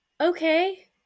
okay